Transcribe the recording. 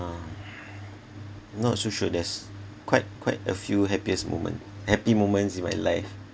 not so sure there's quite quite a few happiest moment happy moments in my life